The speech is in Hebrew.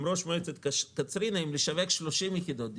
ראש מועצת קצרין האם לשווק 30 יחידות דיור,